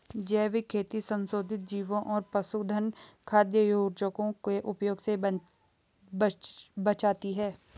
जैविक खेती संशोधित जीवों और पशुधन खाद्य योजकों के उपयोग से बचाती है